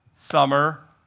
summer